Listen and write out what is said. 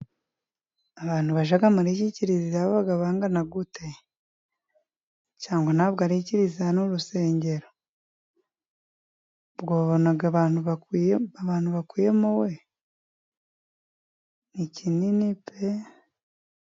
Abantu bajya muri iyi kiriziya baba bangana gute? Cyangwa ntabwo ari ikiriziya ni urusengero? Ubwo babona abantu bakwiyemo we? Ni kinini pe!